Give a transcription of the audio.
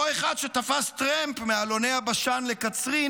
אותו אחד שתפס טרמפ מאלוני הבשן לקצרין